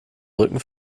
rücken